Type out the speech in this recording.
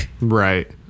right